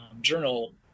journal